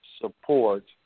support